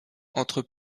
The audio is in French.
entre